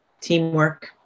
teamwork